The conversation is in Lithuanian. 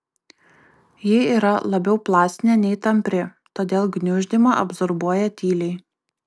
ji yra labiau plastinė nei tampri todėl gniuždymą absorbuoja tyliai